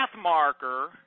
marker